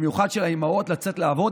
ובמיוחד של האימהות, לצאת לעבוד.